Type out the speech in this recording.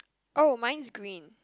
oh mine's green